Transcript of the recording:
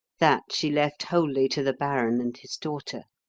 that she left wholly to the baron and his daughter.